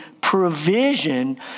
provision